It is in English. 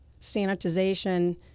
sanitization